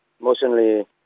emotionally